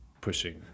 pushing